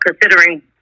considering